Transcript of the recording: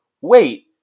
wait